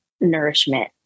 nourishment